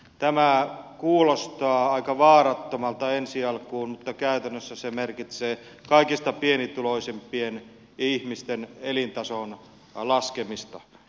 tämä kuulostaa aika vaarattomalta ensi alkuun mutta käytännössä se merkitsee kaikista pienituloisimpien ihmisten elintason laskemista